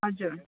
हजुर